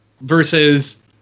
versus